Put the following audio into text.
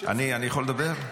אני יכול לדבר?